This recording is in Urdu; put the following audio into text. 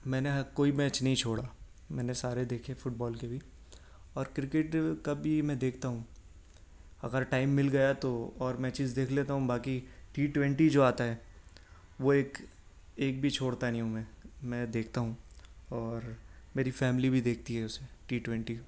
میں نے ہر کوئی میچ نہیں چھوڑا میں نے سارے دیکھے فٹ بال کے بھی اور کرکٹ کا بھی میں دیکھتا ہوں اگر ٹائم مل گیا تو اور میچیز دیکھ لیتا ہوں باقی ٹی ٹوینٹی جو آتا ہے وہ ایک ایک بھی چھوڑتا نہیں ہوں میں میں دیکھتا ہوں اور میری فیملی بھی دیکھتی ہے اسے ٹی ٹوینٹی